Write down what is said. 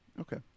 okay